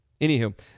Anywho